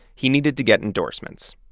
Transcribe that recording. he needed to get endorsements.